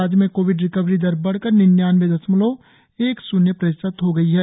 राज्य में covid recovery दर बढ़कर निन्यानवे दशमलव एक श्र्न्य हो गई है